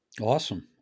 Awesome